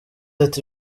ati